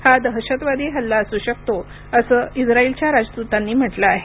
हा दहशतवादी हल्ला असू शकतो असं इस्राइलच्या राजदूतांनी म्हटलं आहे